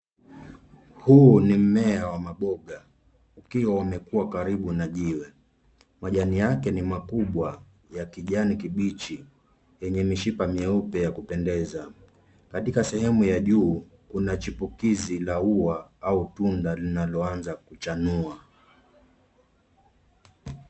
Huu ni mmea wa maboga ukiwa umekua karibu na jiwe. Majani yake ni makubwa ya kijani kibichi yenye mishipa mieupe ya kupendeza. Katika sehemu ya juu, kuna chipukizi la ua au tunda linaloanza kuchanua.